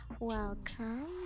Welcome